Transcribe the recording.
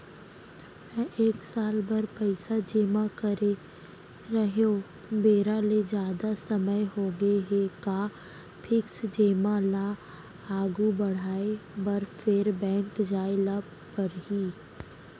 मैं एक साल बर पइसा जेमा करे रहेंव, बेरा ले जादा समय होगे हे का फिक्स जेमा ल आगू बढ़ाये बर फेर बैंक जाय ल परहि?